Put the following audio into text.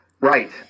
Right